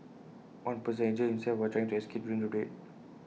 one person had injured himself while trying to escape during the raid